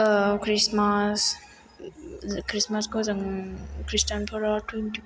Christmas खृसमासखौ जों खृष्टानफोरा थुइनथि